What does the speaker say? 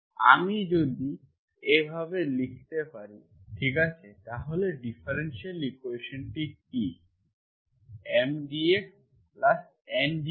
আমি যদি এভাবে লিখতে পারি ঠিক আছে তাহলে ডিফারেনশিয়াল ইকুয়েশনটি কি M dxN dy0